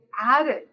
added